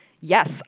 yes